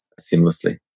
seamlessly